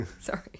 Sorry